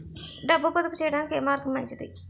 డబ్బు పొదుపు చేయటానికి ఏ మార్గం మంచిది?